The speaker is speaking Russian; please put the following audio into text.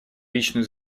личную